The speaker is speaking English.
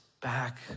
back